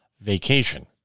vacation